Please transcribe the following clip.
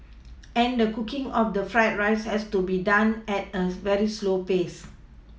and the cooking of the fried rice has to be done at a very slow pace